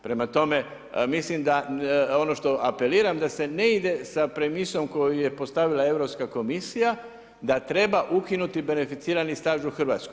Prema tome, mislim da ono što apeliram da se ne ide sa premisijom koju je postavila Europska komisija da treba ukinuti beneficirani staž u Hrvatskoj.